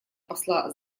посла